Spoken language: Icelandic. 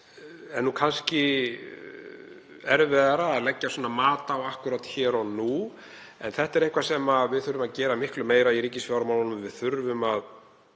sem er kannski erfiðara að leggja mat á akkúrat hér og nú. En þetta er eitthvað sem við þurfum að gera miklu meira af í ríkisfjármálunum, við þurfum að